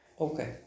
Okay